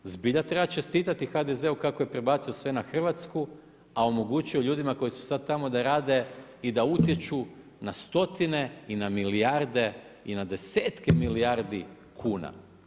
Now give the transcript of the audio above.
Zbilja treba čestitati HDZ-u kako je prebacio sve na Hrvatsku, a omogućio ljudima koji su sad tamo, da rade i da utječu na stotine i na milijarde i na desetke milijardi kuna.